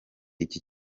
iki